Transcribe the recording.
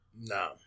No